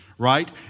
right